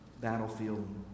battlefield